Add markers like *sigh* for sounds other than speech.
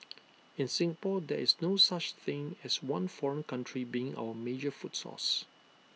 *noise* in Singapore there is no such thing as one foreign country being our major food source